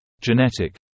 Genetic